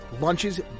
Lunches